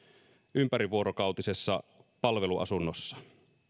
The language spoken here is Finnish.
ympärivuorokautisessa palveluasunnossa